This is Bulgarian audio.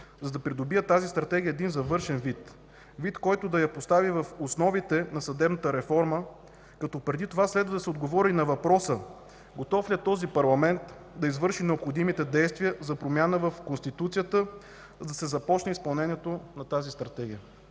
за да придобие тази Стратегия един завършен вид – вид, който да я постави в основите на съдебната реформа, като преди това следва да се отговори на въпроса: готов ли е този парламент да извърши необходимите действия за промяна в Конституцията, за да се започне изпълнението на тази Стратегия?